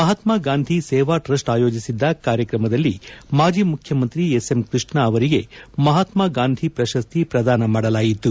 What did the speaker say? Mahatma Gandhi Seva trust ಆಯೋಜಿಸಿದ್ದ ಕಾರ್ಯಕ್ರಮದಲ್ಲಿ ಮಾಜಿ ಮುಖ್ಯಮಂತ್ರಿ ಎಸ್ ಎಂ ಕೃಷ್ಣ ಅವರಿಗೆ ಮಪಾತ್ಮ ಗಾಂಧಿ ಪ್ರಶಸ್ತಿ ಪ್ರದಾನ ಮಾಡಲಾಯಿತು